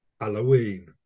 Halloween